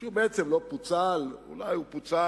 כשהוא בעצם לא פוצל, אולי הוא פוצל.